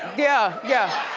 yeah! yeah,